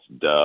Duh